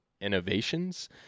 innovations